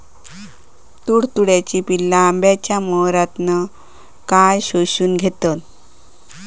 तुडतुड्याची पिल्ला आंब्याच्या मोहरातना काय शोशून घेतत?